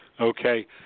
Okay